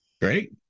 great